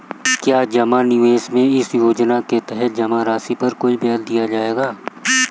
क्या जमा निवेश में इस योजना के तहत जमा राशि पर कोई ब्याज दिया जाएगा?